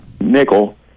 nickel